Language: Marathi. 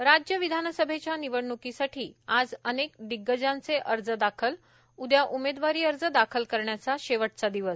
त राज्य विधानसभेच्या निवडण्कीसाठी आज दिग्गजांचे अर्ज दाखल उद्या उमेदवारी अर्ज दाखल करण्याचा शेवटचा दिवस